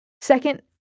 Second